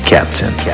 Captain